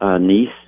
niece